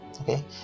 Okay